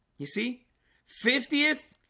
you see fiftieth,